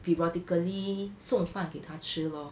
periodically 送饭给她吃 lor